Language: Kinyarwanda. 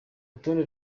urutonde